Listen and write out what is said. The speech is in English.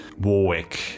Warwick